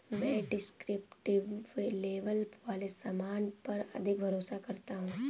मैं descriptive label वाले सामान पर अधिक भरोसा करता हूं